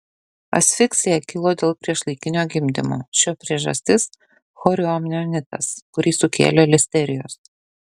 asfiksija kilo dėl priešlaikinio gimdymo šio priežastis chorioamnionitas kurį sukėlė listerijos